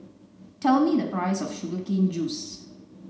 tell me the price of sugar cane juice